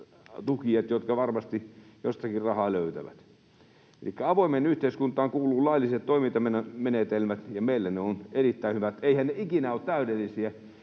jotka varmasti jostakin rahaa löytävät. Elikkä avoimeen yhteiskuntaan kuuluvat lailliset toimintamenetelmät, ja meillä ne ovat erittäin hyvät. Eiväthän ne ikinä ole täydellisiä.